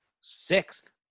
Sixth